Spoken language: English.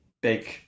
big